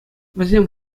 вӗсем